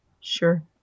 sure